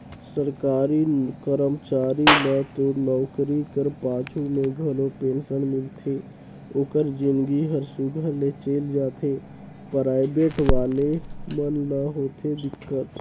सरकारी करमचारी ल तो नउकरी कर पाछू में घलो पेंसन मिलथे ओकर जिनगी हर सुग्घर ले चइल जाथे पराइबेट वाले मन ल होथे दिक्कत